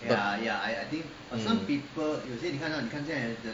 but mm